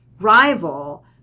rival